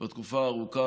כבר תקופה ארוכה,